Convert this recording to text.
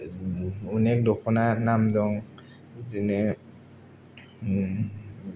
अनेक दखना नाम दं बिदिनो